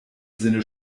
sinne